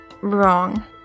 Wrong